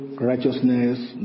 righteousness